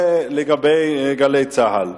זה לגבי "גלי צה"ל".